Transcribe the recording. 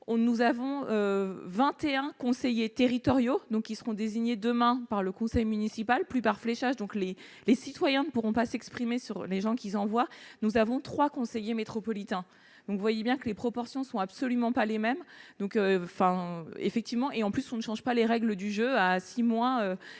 nous avons 21 conseillers territoriaux donc qui seront désignés demain par le conseil municipal plupart fléchage donc les les citoyens ne pourront pas s'exprimer sur les gens qu'ils envoient, nous avons 3 conseillers métropolitains, donc vous voyez bien que les proportions sont absolument pas les mêmes donc enfin effectivement et en plus on ne change pas les règles du jeu à à 6 mois